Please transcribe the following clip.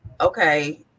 Okay